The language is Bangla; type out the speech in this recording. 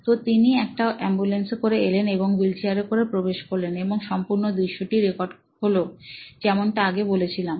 তো তিনি একটা এম্বুলেন্সে করে এলেন এবং হুইলচেয়ারে করে প্রবেশ করলেন এবং সম্পূর্ণ দৃশ্য টি রেকর্ড হলো যেমনটা আগে বলেছিলাম